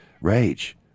rage